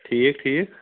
ٹھیٖک ٹھیٖک